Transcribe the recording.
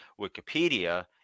Wikipedia